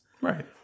Right